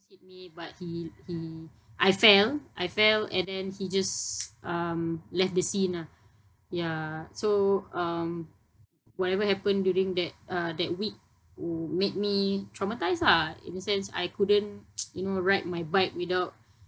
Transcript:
hit me but he he I fell I fell and then he just um left the scene ah ya so um whatever happened during that uh that week w~ made me traumatised lah in the sense I couldn't you know ride my bike without